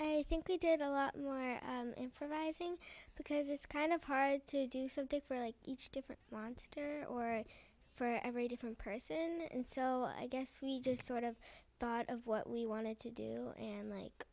i think they did a lot more improvising because it's kind of hard to do so that's really each different monster or for every different person and so i guess we just sort of thought of what we wanted to do and like